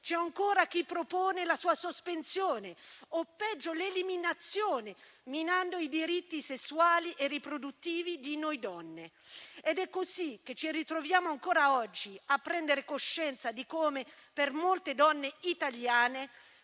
c'è ancora chi propone la sua sospensione o, peggio, la sua eliminazione, minando i diritti sessuali e riproduttivi di noi donne. È così che ci ritroviamo ancora oggi a prendere coscienza di come per molte donne italiane